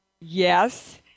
Yes